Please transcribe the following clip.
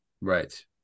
Right